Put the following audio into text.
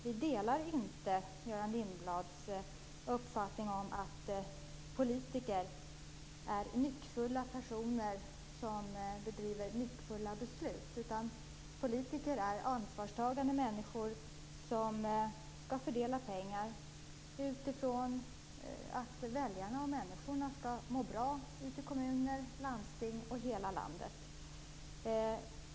Vi delar inte Göran Lindblads uppfattning om att politiker är nyckfulla personer som fattar nyckfulla beslut. Politiker är ansvarstagande människor som skall fördela pengar med utgångspunkt i att väljarna skall må bra i kommuner, landsting och hela landet.